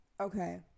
Okay